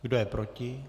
Kdo je proti?